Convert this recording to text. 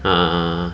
uh